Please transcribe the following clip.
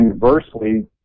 conversely